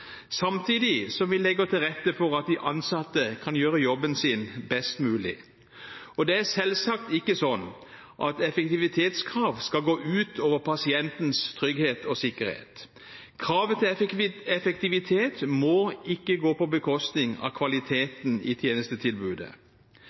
samtidig som vi legger til rette for at de ansatte kan gjøre jobben sin best mulig. Det er selvsagt ikke slik at effektivitetskrav skal gå ut over pasientens trygghet og sikkerhet. Kravet til effektivitet må ikke gå på bekostning av